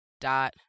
dot